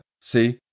See